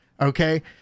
Okay